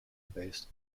based